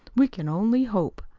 we can only hope.